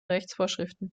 rechtsvorschriften